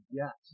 yes